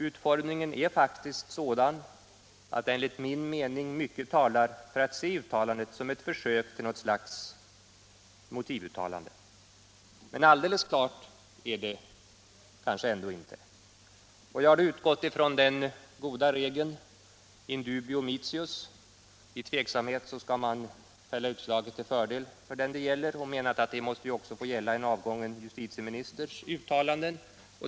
Utformningen är faktiskt — Alkoholutandningssådan att enligt min mening mycket talar för att se uttalandet som ett — prov försök till något slags motivuttalande. Men alldeles klart är det kanske ändå inte. Jag har då utgått från den goda regeln ”in dubio mitius”, dvs. att vid tveksamhet skall man fälla utslaget till fördel för den det gäller, och menat att det också måste få gälla en avgången justitieministers uttalanden.